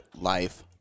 Life